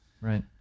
Right